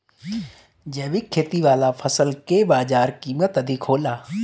जैविक खेती वाला फसल के बाजार कीमत अधिक होला